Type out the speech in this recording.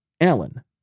Alan